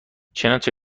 چنانچه